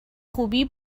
خوبی